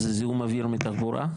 זיהום אוויר מתחבורה,